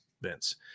Vince